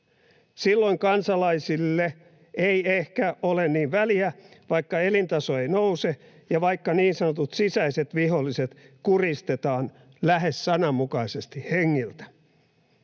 Silloin kansalaisille ei ehkä ole niin väliä, vaikka elintaso ei nouse ja vaikka niin sanotut sisäiset viholliset kuristetaan lähes sananmukaisesti hengiltä.